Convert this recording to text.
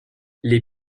les